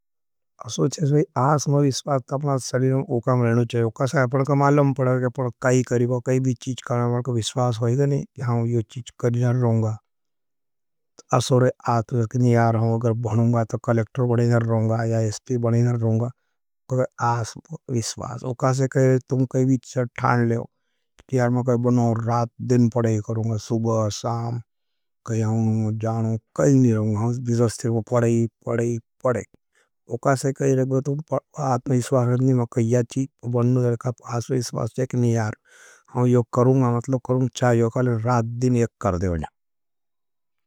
क्योंकि ज़्यादा भी ख़वाएगा और ज़्यादा मिठो खाने जाएगा तो ख़वाएगा। नमकिन मां सो रहेगा कि कैवी चीज अपना नमकिन ख़वाएगा नहीं। ज़्यादा भी ख़वाएगा अपना पेड़ भी ख़वाएगा और मिठी चीज खाने जाएगा तो ज़्यादा मिठी चीज ख़वाएगा नहीं। क्योंकि मिठो ज़्यादा ख़वातो नहीं है। नमकिन मां सो रहेगा कि कैवी चीज अपना नमकिन ख़वाएगा नहीं। ज़्यादा भी ख़वाएगा अपना पेड़ भी ख़वाएगा और मिठी चीज खाने जाएगा तो ज़्यादा मिठी चीज ख़वाएगा नहीं। क्योंकि मिठो ज़्यादा ख़वातो नहीं है।